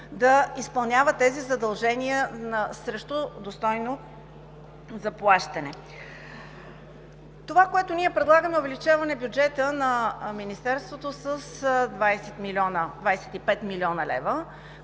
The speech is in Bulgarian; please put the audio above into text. да изпълняват тези задължения срещу достойно заплащане. Това, което ние предлагаме, е увеличаване на бюджета на Министерството с 25 млн. лв.,